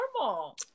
normal